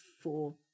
four